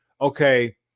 okay